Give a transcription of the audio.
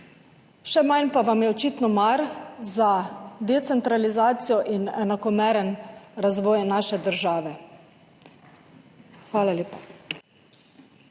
še manj pa vam je očitno mar za decentralizacijo in enakomeren razvoj naše države. Hvala lepa.